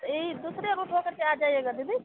यह दुसरे रुट करके आ जाइएगा दीदी